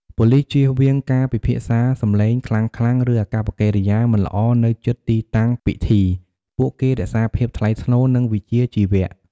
ប៉ូលិសជៀសវាងការពិភាក្សាសំឡេងខ្លាំងៗ ឬអាកប្បកិរិយាមិនល្អនៅជិតទីតាំងពិធី ពួកគេរក្សាភាពថ្លៃថ្នូរ និងវិជ្ជាជីវៈ។